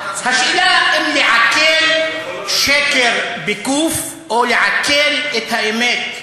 השאלה אם לעקל שקר, בקו"ף, או לעכל את האמת,